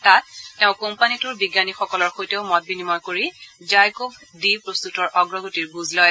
তাত তেওঁ কোম্পানীটোৰ বিজ্ঞানীসকলৰ সৈতেও মত বিনিময় কৰি জাইকোভ ডি প্ৰস্তুতিৰ অগ্ৰগতিৰ বুজ লয়